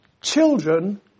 children